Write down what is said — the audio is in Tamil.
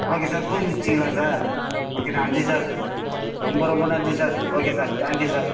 ஓகே சார் புதுப்பிச்சுட்டிங்களா சார் ஓகே நன்றி சார் ரொம்ப ரொம்ப நன்றி sir okay sir thank you sir